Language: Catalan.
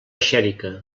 xèrica